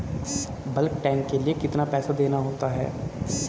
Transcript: Bulk tank के लिए कितना पैसा देना होता है?